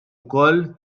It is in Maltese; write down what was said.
wkoll